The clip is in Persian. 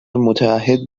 متعهد